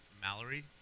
Mallory